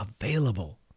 available